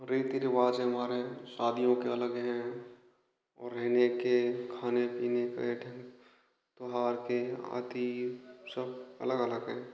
रीति रिवाज है हमारे शादीयों के अलग हैं और रहने के खाने पीने बैठने त्योहार के आदि सब अलग अलग हैं